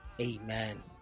amen